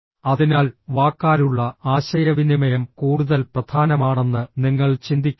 അതിനാൽ വാക്കാലുള്ള ആശയവിനിമയം കൂടുതൽ പ്രധാനമാണെന്ന് നിങ്ങൾ ചിന്തിക്കരുത്